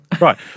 Right